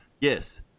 yes